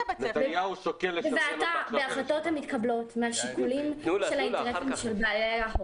אנו בבעתה מההחלטות המתקבלות מהשיקולים של האינטרסים של בעלי ההון,